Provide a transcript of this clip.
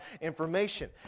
information